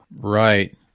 Right